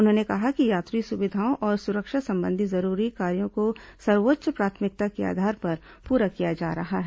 उन्होंने कहा कि यात्री सुविधाओं और सुरक्षा संबंधी जरूरी कार्यों को सर्वोच्च प्राथमिकता के आधार पर पूरा किया जा रहा है